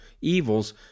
evils